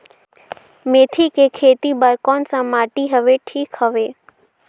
मेथी के खेती बार कोन सा माटी हवे ठीक हवे?